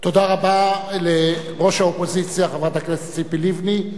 תודה רבה לראש האופוזיציה, חברת הכנסת ציפי לבני.